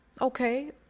okay